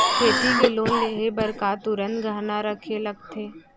खेती के लोन लेहे बर का तुरंत गहना रखे लगथे?